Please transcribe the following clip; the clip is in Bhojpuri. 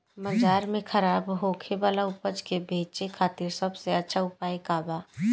बाजार में खराब होखे वाला उपज के बेचे खातिर सबसे अच्छा उपाय का बा?